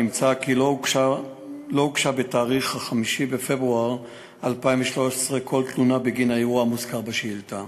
נמצא כי לא הוגשה ב-5 בפברואר 2013 כל תלונה בגין האירוע המוזכר בשאילתה